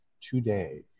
today